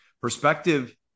Perspective